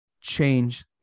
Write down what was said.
change